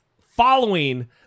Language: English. following